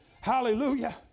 Hallelujah